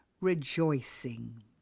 rejoicing